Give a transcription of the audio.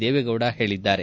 ದೇವೇಗೌಡ ಹೇಳದ್ದಾರೆ